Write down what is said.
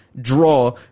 draw